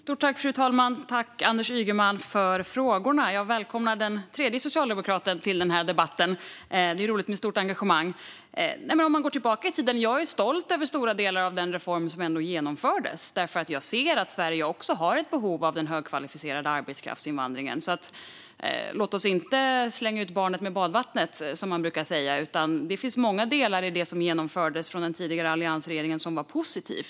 Fru talman! Tack, Anders Ygeman, för frågorna! Jag välkomnar den tredje socialdemokraten till denna debatt. Det är roligt med ett stort engagemang. Vi kan gå tillbaka i tiden. Jag är stolt över stora delar av den reform som genomfördes, för jag ser att Sverige har ett behov av invandring av den högkvalificerade arbetskraften. Låt oss inte slänga ut barnet med badvattnet, som man brukar säga. Det finns många delar i det som genomfördes av den tidigare alliansregeringen som var positiva.